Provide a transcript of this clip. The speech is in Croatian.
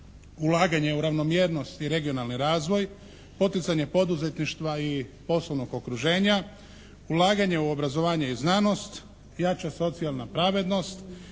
ulaganje u ravnomjernost i regionalni razvoj, poticanje poduzetništva i poslovnog okruženja, ulaganje u obrazovanje i znanost, jača socijalna pravednost,